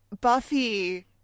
buffy